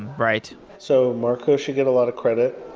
right. so marco should get a lot of credit.